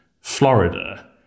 Florida